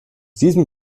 diesem